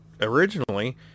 originally